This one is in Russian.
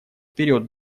вперед